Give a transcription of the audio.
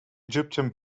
egyptian